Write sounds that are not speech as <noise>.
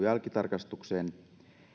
<unintelligible> jälkitarkastukseen